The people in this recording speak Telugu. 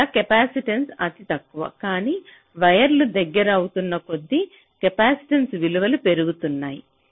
ఇక్కడ కెపాసిటెన్స అతి తక్కువ కానీ వైర్లు దగ్గరవుతున్న కొద్దీ కెపాసిటెన్స విలువలు పెరుగుతున్నది